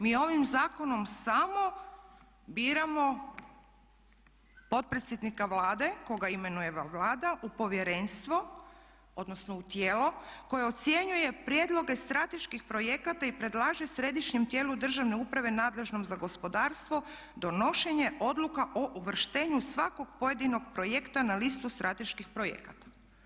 Mi ovim zakonom samo biramo potpredsjednika Vlade koga imenuje Vlada u povjerenstvo odnosno u tijelo koje ocjenjuje prijedloge strateških projekata i predlaže središnjem tijelu državne uprave nadležnom za gospodarstvo donošenje odluka o uvrštenju svakog pojedinog projekta na listu strateških projekata.